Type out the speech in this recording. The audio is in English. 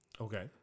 Okay